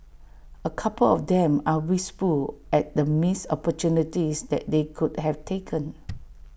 A couple of them are wistful at the missed opportunities that they could have taken